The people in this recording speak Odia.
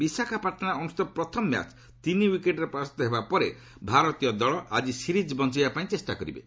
ବିଶାଖାପାଟଣାରେ ଅନୁଷ୍ଠିତ ପ୍ରଥମ ମ୍ୟାଚ୍ ତିନି ୱିକେଟ୍ରେ ପରାସ୍ତ ହେବା ପରେ ଭାରତୀୟ ଦଳ ଆକି ସିରିଜ୍ ବଞ୍ଚେଇବା ପାଇଁ ଚେଷ୍ଟା କରିବେ